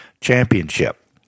championship